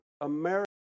America